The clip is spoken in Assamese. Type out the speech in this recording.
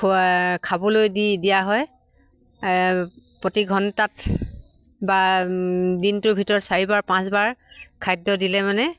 খোৱা খাবলৈ দি দিয়া হয় প্ৰতি ঘণ্টাত বা দিনটোৰ ভিতৰত চাৰিবাৰ পাঁচবাৰ খাদ্য দিলে মানে